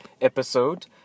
episode